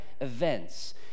events